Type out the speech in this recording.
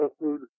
food